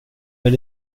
vill